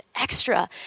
extra